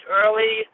early